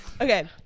Okay